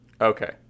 Okay